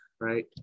Right